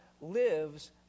lives